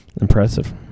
Impressive